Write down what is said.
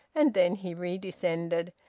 and then he redescended,